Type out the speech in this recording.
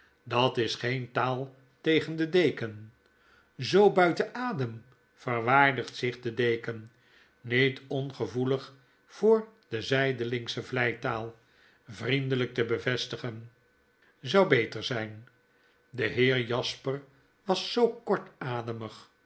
dat is geen taal tegen den deken zo buiten adem verwaardigt zich de deken niet ongevoelig voor de zijdelingsche vleitaal vriendelyk te bevestigen zou beter zyn de heer jasper was zo